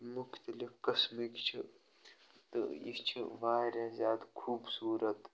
مُختلِف قٕسمٕکۍ چھِ تہٕ یہِ چھِ واریاہ زیادٕ خوبصوٗرت